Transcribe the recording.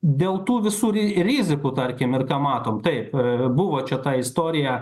dėl tų visų ri rizikų tarkim ir ką matom taip buvo čia ta istorija